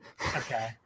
Okay